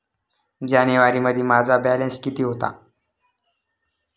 जानेवारीमध्ये माझा बॅलन्स किती होता?